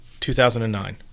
2009